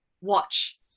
watch